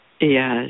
Yes